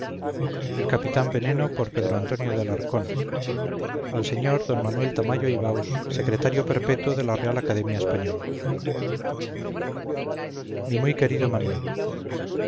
el capitán veneno al señor d manuel tamayo y baus secretario perpetuo de la real academia española mi muy querido manuel